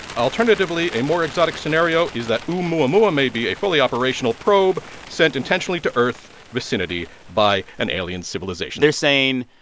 alternatively, a more exotic scenario is that oumuamua may be a fully operational probe sent intentionally to earth vicinity by an alien civilization. they're saying,